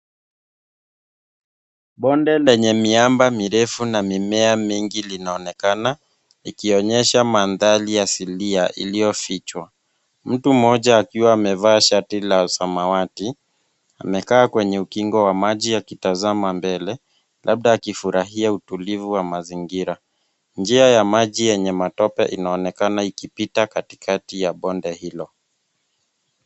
Bonde lenye miamba mirefu na mimea mingi linaonekana ikionyesha mandhari asilia iliyofichwa. Mtu mmoja akiwa amevaa shati la samawati amekaa kwenye ukingo ya maji akitazama mbele labda akifurahia utulivu wa mazingira. Njia ya maji yenye matope inaonekana ikipita katikati ya bonde hilo.